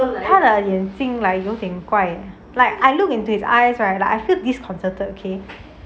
他的眼睛 like 有点怪 like I look into his eyes right I feel disconcerted okay